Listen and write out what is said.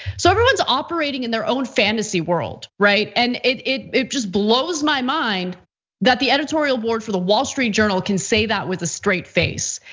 so everyone's operating in their own fantasy world, right? and it it just blows my mind that the editorial board for the wall street journal can say that with a straight face.